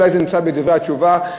אולי זה נמצא בדברי התשובה,